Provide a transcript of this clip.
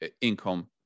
income